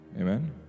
Amen